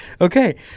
Okay